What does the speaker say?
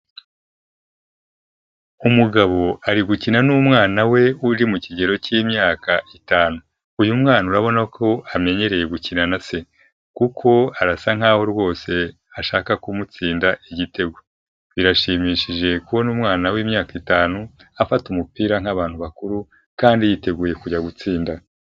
Umugabo ari gukina n'umwana we uri mu kigero cyimyaka itanu, uyu mwana urabona ko amenyereye gukina na se kuko arasa nk'aho rwose ashaka kumutsinda igitego birashimishije kubona umwana wi'myaka itanu afata umupira nk'abantu bakuru kandi yiteguye kujya gutsinda.